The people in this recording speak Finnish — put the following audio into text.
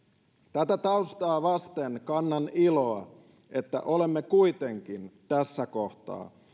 tätä taustaa vasten kannan iloa että olemme kuitenkin tässä kohtaa